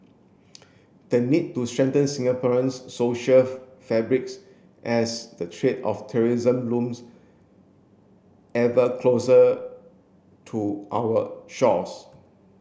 the need to strengthen Singaporean's social fabrics as the treat of terrorism looms ever closer to our shores